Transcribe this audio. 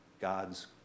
God's